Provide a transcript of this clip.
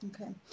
Okay